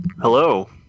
Hello